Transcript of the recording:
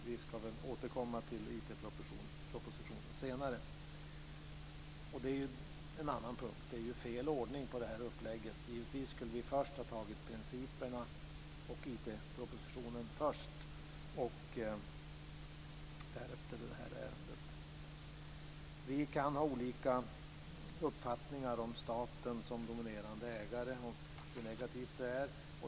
Vi ska väl återkomma till IT En annan punkt är just att det är fel ordning på upplägget. Givetvis borde vi först ha behandlat frågan om principerna och IT-propositionen och därefter det här ärendet. Vi kan ha olika uppfattningar om staten som dominerande ägare och om hur negativt det är.